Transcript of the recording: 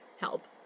Help